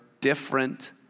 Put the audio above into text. different